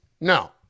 No